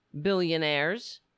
billionaires